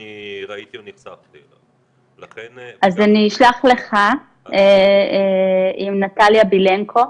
וממה שאני גם צופה ועוקב אמרת שאת לא מאמינה אך ורק בהנגשה ובתרגום,